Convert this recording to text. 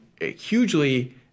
hugely